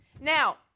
Now